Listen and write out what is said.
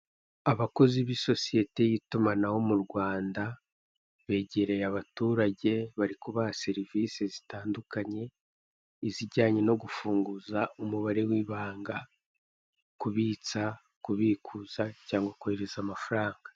Abakozi b'isosiyete y'itumanaho mu Rwanda begereye abaturage bari kubaha serivise zitandukanye. Izijyanye no gufunguza umubare w'ibanga, kubitsa, kubikuza cyangwa kohereza amafaranga.